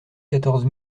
quatorze